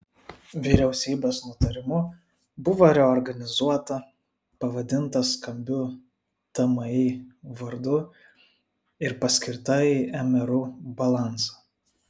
vyriausybės nutarimu buvo reorganizuota pavadinta skambiu tmi vardu ir paskirta į mru balansą